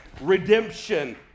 Redemption